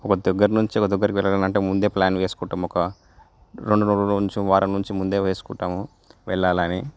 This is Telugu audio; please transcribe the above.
ఒక దగ్గర్నుంచి ఒక దగ్గరకు వెళ్లాలంటే ముందే ప్ల్యాన్ చేస్కుంటాం ఒక రెండు రోజులనుంచి ఒక వారం నుంచి ముందే వేసుకుంటాము వెళ్లాలని